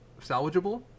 salvageable